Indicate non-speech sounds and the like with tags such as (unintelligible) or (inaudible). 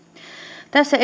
tässä (unintelligible)